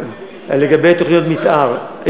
לגבי תוכניות מתאר,